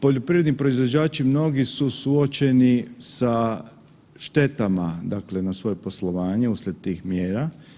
Poljoprivredni proizvođači mnogi su suočeni sa štetama, dakle na svoje poslovanje uslijed tih mjera.